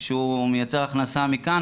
שהוא מייצר הכנסה מכאן,